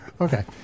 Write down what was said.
Okay